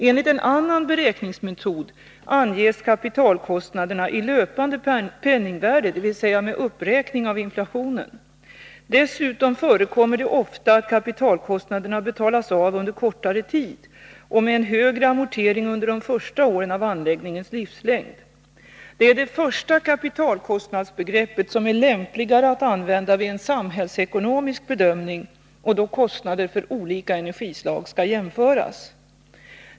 Enligt en annan beräkningsmetod anges kapitalkostnaderna i löpande penningvärde, dvs. med uppräkning för inflationen. Dessutom förekommer det ofta att kapitalkostnaderna betalas av under kortare tid och med en högre amortering under de första åren av anläggningens livslängd. Det är det första kapitalkostnadsbegreppet som är lämpligare att använda vid en samhällsekonomisk bedömning och då kostnader för olika energislag skall jämföras.